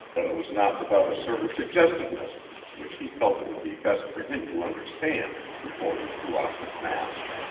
but it was not without a certain suggestiveness which he felt it would be best for him to understand before he threw off his mask.